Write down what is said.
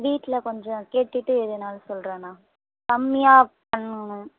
வீட்டில் கொஞ்சம் கேட்டுவிட்டு எதுன்னாலும் சொல்லுறேண்ணா கம்மியாக பண்ணணும்